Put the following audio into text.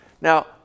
Now